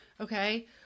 Okay